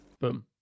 Boom